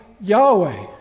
Yahweh